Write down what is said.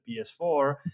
PS4